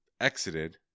exited